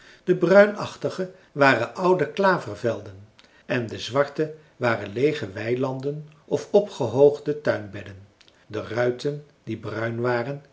de bruinachtige waren oude klavervelden en de zwarte waren leege weilanden of opgehoogde tuinbedden de ruiten die bruin waren